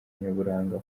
nyaburanga